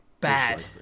bad